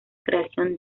creación